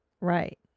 Right